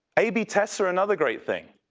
ab tests are another great thing.